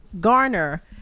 garner